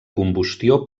combustió